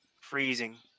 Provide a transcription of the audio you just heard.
freezing